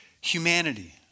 humanity